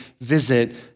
visit